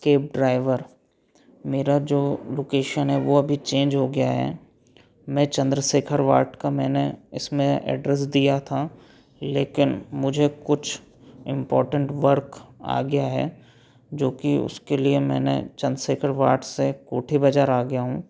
cab driver मेरा जो location है वो अभी चेंज हो गया है मैं चंद्रशेखर वार्ड का मैंने इसमें एड्रेस दिया था लेकिन मुझे कुछ इंपोर्टेंट वर्क आ गया है जो कि उसके लिए मैंने चंद्रशेखर वार्ड से कोठी बाजार आ गया हूँ